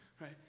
right